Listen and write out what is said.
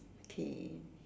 K